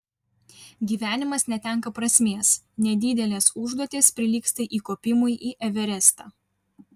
gyvenimas netenka prasmės nedidelės užduotys prilygsta įkopimui į everestą